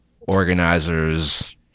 organizers